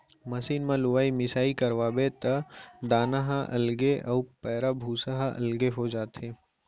machine म लुवाई मिसाई करवाबे त दाना ह अलगे अउ पैरा भूसा ह अलगे हो जाथे